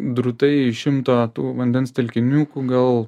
drūtai šimto tų vandens telkinių ku gal